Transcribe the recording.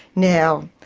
now,